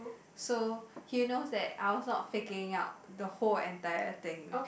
so he knows that I was not faking out the whole entire thing